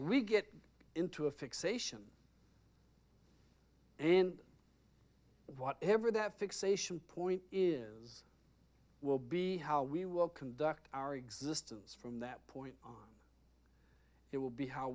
we get into a fixation and whatever that fixation point is will be how we will conduct our existence from that point on it will be how